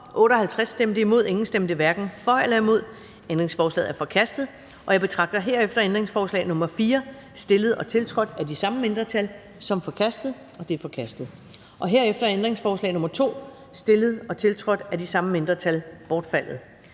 EL, NB, LA, FG og ALT), hverken for eller imod stemte 0. Ændringsforslaget er forkastet. Jeg betragter herefter ændringsforslag nr. 4, stillet og tiltrådt af de samme mindretal, som forkastet. Det er forkastet. Herefter er ændringsforslag nr. 2, stillet og tiltrådt af de samme mindretal, bortfaldet.